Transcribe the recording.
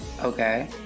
Okay